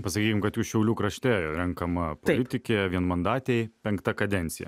pasakykim kad jūs šiaulių krašte renkama politikė vienmandatėj penkta kadencija